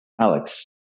Alex